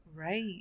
right